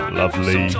lovely